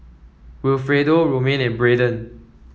Wilfredo Romaine and Brayden